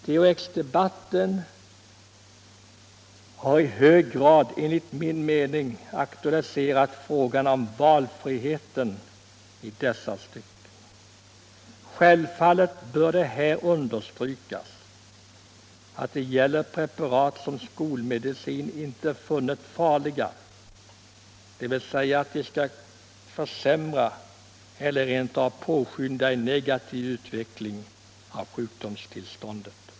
THX debatten har i hög grad enligt min mening aktualiserat frågan om valfrihet i dessa stycken. Självfallet bör det här understrykas att det gäller preparat som skolmedicinen inte funnit farliga, dvs. att de skulle försämra eller rent av påskynda en negativ utveckling av sjukdomstillståndet.